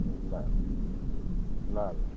ल ल ल